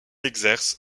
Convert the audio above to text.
exerce